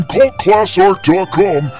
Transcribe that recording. CultClassArt.com